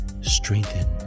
strengthen